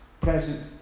present